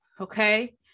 Okay